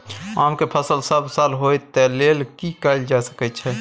आम के फसल सब साल होय तै लेल की कैल जा सकै छै?